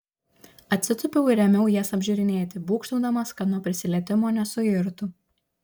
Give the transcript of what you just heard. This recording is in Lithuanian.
atsitūpiau ir ėmiau jas apžiūrinėti būgštaudamas kad nuo prisilietimo nesuirtų